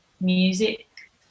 music